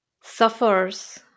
suffers